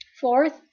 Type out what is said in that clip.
Fourth